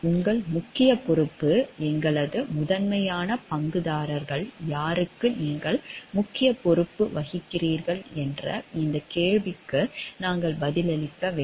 உங்கள் முக்கிய பொறுப்பு எங்குள்ளது முதன்மையான பங்குதாரர்கள் யாருக்கு நீங்கள் முக்கியப் பொறுப்பு வகிக்கிறீர்கள் என்ற இந்தக் கேள்விகளுக்கு நாங்கள் பதிலளிக்க வேண்டும்